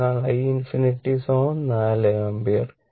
അതിനാൽ i∞ 4 ampere